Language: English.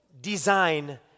design